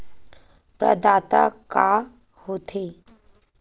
प्रदाता का हो थे?